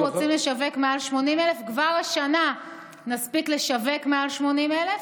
אנחנו רוצים לשווק מעל 80,000. כבר השנה נספיק לשווק מעל 80,000,